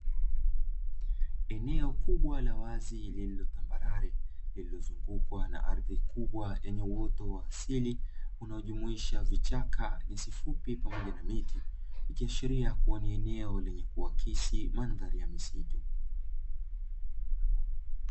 Eneo kubwa la wazi lililo tambarare lililozungukwa na ardhi kubwa yenye uoto wa asili, unaojumuisha vichaka, nyasi fupi pamoja na miti, ikiashiria kuwa ni eneo lenye kuakisi mandhari ya misitu.